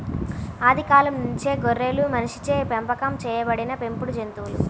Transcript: ఆది కాలం నుంచే గొర్రెలు మనిషిచే పెంపకం చేయబడిన పెంపుడు జంతువులు